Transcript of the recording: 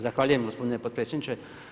Zahvaljujem gospodine potpredsjedniče.